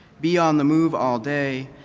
be on the move all day,